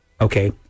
okay